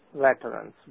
veterans